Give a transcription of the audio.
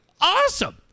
awesome